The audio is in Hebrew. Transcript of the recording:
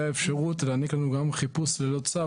האפשרות להעניק לנו גם חיפוש ללא צו,